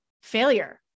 failure